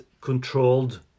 controlled